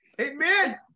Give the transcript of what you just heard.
Amen